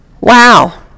Wow